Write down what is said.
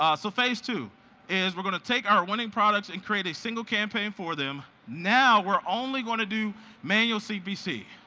so phase two is we're gonna take our winning products and create a single campaign for them. now we're only going to do manual cpc.